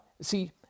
see